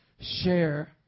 share